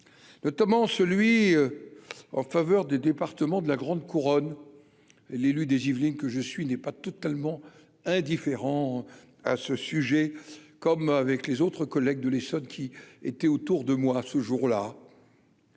notamment celui en faveur des départements de la grande couronne l'élu des Yvelines, que je suis n'est pas totalement indifférents à ce sujet, comme avec les autres collègues de l'Essonne qui étaient autour de moi ce jour là.